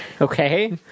Okay